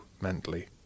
mentally